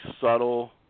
subtle